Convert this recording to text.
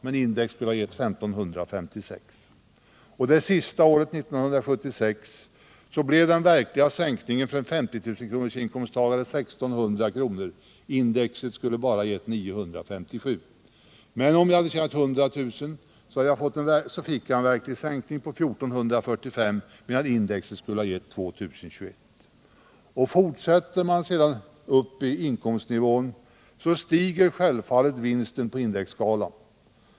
medan indexskalan skulle ha gett 1556 kr. Det sista året, 1976, blev den verkliga sänkningen för en 50 000 kronorsinkomsttagare 1 600 kr. Indexskalan skulle bara ha gett 957 kr. Om jag tjänade 100 000 kr. fick jag en verklig sänkning på 1445 kr. medan indexskalan skulle ha gett 2 021. Fortsätter man upp på en högre inkomstnivå stiger självfallet vinsten på indexskalan.